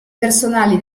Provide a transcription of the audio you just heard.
personali